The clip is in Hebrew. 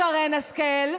שרן השכל.